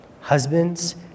Husbands